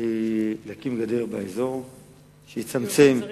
היא להקים גדר באזור שתצמצם,